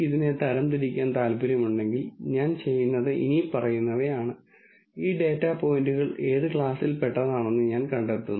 ഇവിടെ നിങ്ങൾക്ക് ഒരു നോൺ ലീനിയർ പ്രതലമോ ഈ പോയിന്റുകളിലൂടെ കടന്നുപോകുന്ന ഒരു വക്രമോ ഉണ്ടായിരിക്കണം ഈ പോയിന്റുകൾ ആ വക്രത്തിന് ചുറ്റും ക്ലസ്റ്റർ ചെയ്തിരിക്കുന്നു